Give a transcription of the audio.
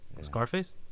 Scarface